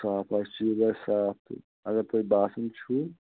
یُس صاف آسہِ چیٖز آسہِ صاف تہٕ اَگر تُہۍ باسان چھُو